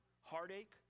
heartache